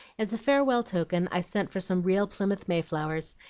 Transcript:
as a farewell token, i sent for some real plymouth mayflowers,